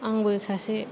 आंबो सासे